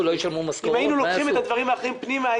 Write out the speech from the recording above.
אם היינו לוקחים את הדברים האחרים פנימה,